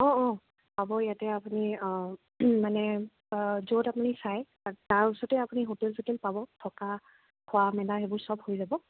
অ' অ' পাব ইয়াতে আপুনি অ' মানে য'ত আপুনি চাই তাৰ ওচৰতে আপুনি হোটেল চোটেল পাব থকা খোৱা মেলা সেইবোৰ চব হৈ যাব